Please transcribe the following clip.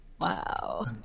Wow